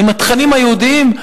עם התכנים היהודיים,